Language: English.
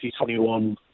2021